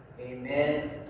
amen